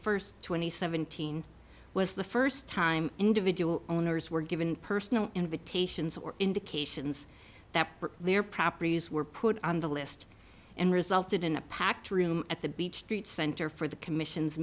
first twenty seventeen was the first time individual owners were given personal invitations or indications that their properties were put on the list and resulted in a packed room at the beach street center for the commissions